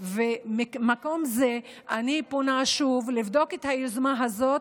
ממקום זה אני פונה שוב לבדוק את היוזמה הזאת,